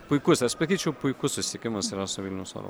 puikus aš sakyčiau puikus susisiekimas su vilniaus oro